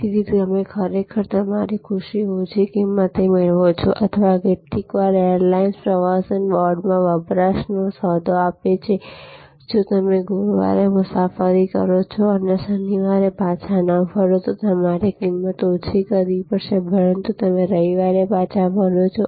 તેથી તમે ખરેખર તમારી ખુશી ઓછી કિંમતે મેળવો છો અથવા કેટલીકવાર એરલાઇન્સ પ્રવાસન બોર્ડમાં વપરાશમાં સોદો આપે છે કે જો તમે ગુરુવારે મુસાફરી કરો છો અને શનિવારે પાછા ન ફરો તો તમારે કિંમત ઓછી કરવી પડશે પરંતુ તમે રવિવારે પાછા ફરો છો